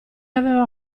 aveva